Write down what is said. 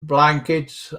blankets